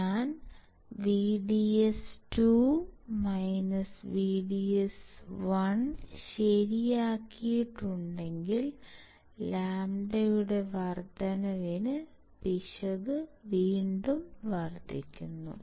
ഞാൻ VDS2 VDS1 ശരിയാക്കിയിട്ടുണ്ടെങ്കിൽ λ യുടെ വർദ്ധനവിന് പിശക് വീണ്ടും വർദ്ധിക്കുന്നു